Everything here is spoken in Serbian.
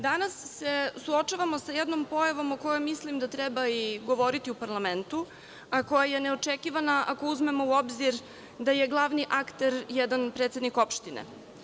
Danas se suočavamo sa jednom pojavom o kojoj mislim da treba i govoriti u parlamentu, a koja je neočekivana ako uzmemo u obzir da je glavni akter jedan predsednik opštine.